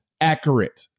Accurate